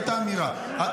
והייתה אמירה.